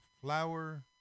flour